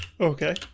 Okay